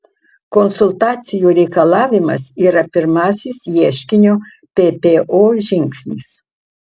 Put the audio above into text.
konsultacijų reikalavimas yra pirmasis ieškinio ppo žingsnis